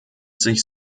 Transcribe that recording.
sich